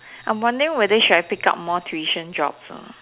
I'm wondering whether should I pick up more tuition jobs or not